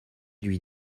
lui